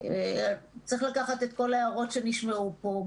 צריך לקחת את כל ההערות שנשמעו פה.